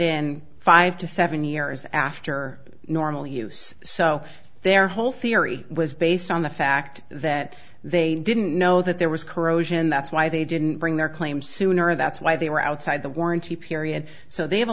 in five to seven years after normal use so their whole theory was based on the fact that they didn't know that there was corrosion that's why they didn't bring their claim sooner that's why they were outside the warranty period so they have a